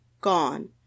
gone